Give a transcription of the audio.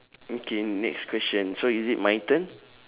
okay next question so is it my turn